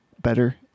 better